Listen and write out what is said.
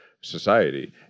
Society